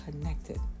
connected